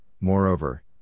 moreover